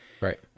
Right